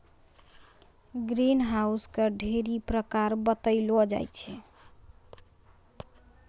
green house के ढ़ेरी प्रकार बतैलो जाय छै